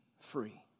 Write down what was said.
free